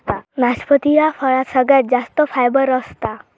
नाशपती ह्या फळात सगळ्यात जास्त फायबर असता